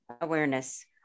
awareness